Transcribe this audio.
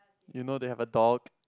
you know they have a dog